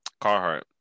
Carhartt